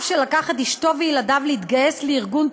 שלקח את אשתו וילדיו להתגייס לארגון טרור,